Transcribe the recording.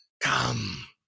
come